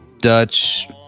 Dutch